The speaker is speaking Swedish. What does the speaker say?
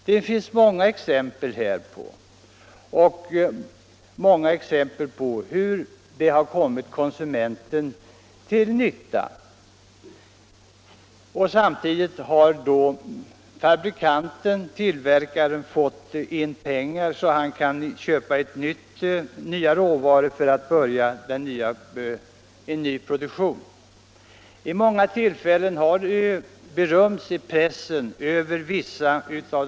Det finns många exempel på hur detta har blivit till nytta för konsumenten och samtidigt för fabrikanten-tillverkaren, som har fått in pengar så att han har kunnat köpa mera råvaror för att börja ny produktion. Vid många tillfällen har denna typ av handel berömts i pressen.